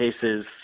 cases